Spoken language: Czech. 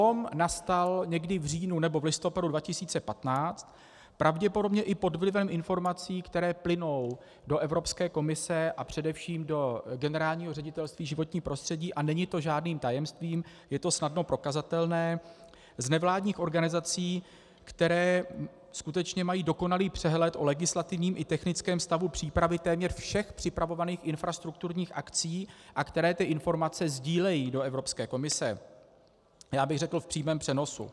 Zlom nastal někdy v říjnu nebo listopadu 2015 pravděpodobně i pod vlivem informací, které plynou do Evropské komise a především do Generálního ředitelství životního prostředí, a není to žádným tajemstvím, je to snadno prokazatelné, z nevládních organizací, které skutečně mají dokonalý přehled o legislativním i technickém stavu přípravy téměř všech připravovaných infrastrukturních akcí a které informace sdílejí do Evropské komise, já bych řekl v přímém přenosu.